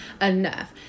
enough